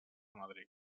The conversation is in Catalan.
madrid